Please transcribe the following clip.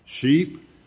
Sheep